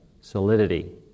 solidity